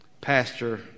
Pastor